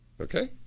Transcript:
Okay